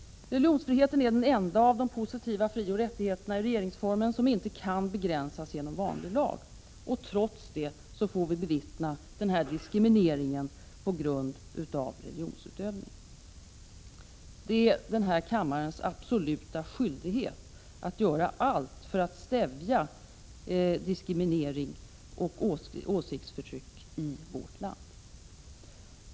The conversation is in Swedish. Religionsfriheten är den enda av de positiva frioch rättigheterna i regeringsformen som inte kan begränsas genom vanlig lag. Trots det får vi bevittna denna diskriminering på grund av religionsutövning. Det är denna kammares absoluta skyldighet att göra allt för att stävja diskriminering och åsiktsförtryck i vårt land.